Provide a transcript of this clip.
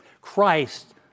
Christ